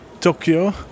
Tokyo